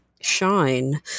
shine